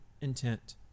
intent